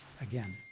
again